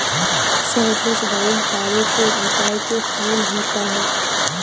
Cyprus vine तारे के आकार के फूल होता है